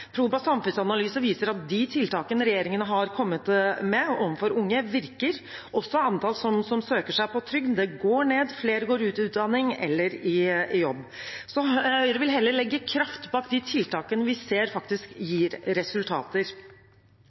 Proba samfunnsanalyse viser at de tiltakene regjeringen har kommet med overfor unge, virker. Også antallet som søker om trygd, går ned, og flere går ut i utdanning eller i jobb. Så Høyre vil heller legge kraft bak de tiltakene vi ser at faktisk gir resultater.